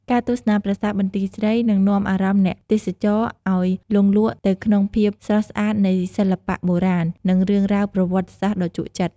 ការទស្សនាប្រាសាទបន្ទាយស្រី នឹងនាំអារម្មណ៍អ្នកទេសចរណ៍ឲ្យលង់លក់ទៅក្នុងភាពស្រស់ស្អាតនៃសិល្បៈបុរាណ និងរឿងរ៉ាវប្រវត្តិសាស្ត្រដ៏ជក់ចិត្ត។